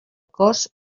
cos